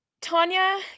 Tanya